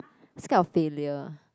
scared of failure